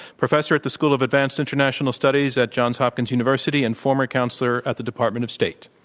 professor at the school of advanced international studies at johns hopkins university and former counselor at the department of state.